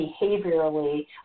behaviorally